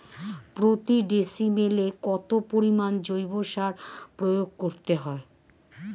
প্রতি ডিসিমেলে কত পরিমাণ জৈব সার প্রয়োগ করতে হয়?